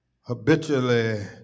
habitually